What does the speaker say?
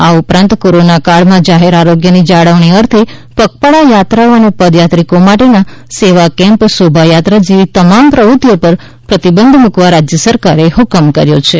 આ ઉપરાંત કોરોનાના કાળમાં જાહેર આરોગ્યની જાળવણી અર્થે પગપાળા યાત્રાઓ પદયાત્રિકો માટેના સેવા કેમ્પ શોભાયાત્રા જેવી તમામ પ્રવૃત્તિઓ પર પ્રતિબંધ મુકવા રાજ્ય સરકારે હુકમ કર્યો છે